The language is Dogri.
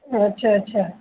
अच्छा अच्छा